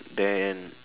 then